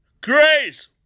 grace